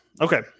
Okay